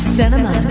Cinema